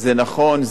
זה ערכי,